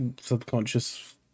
subconscious